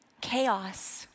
chaos